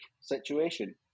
situation